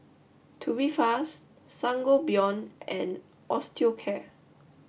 Tubifast Sangobion and Osteocare